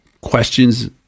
questions